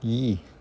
!ee!